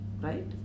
right